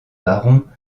barons